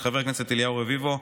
של חבר הכנסת אליהו רביבו,